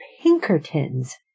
Pinkertons